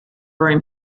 room